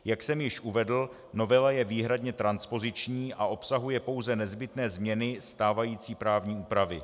Jak jsem již uvedl, novela je výhradně transpoziční a obsahuje pouze nezbytné změny stávající právní úpravy.